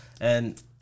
And-